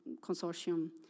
Consortium